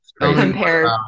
Compared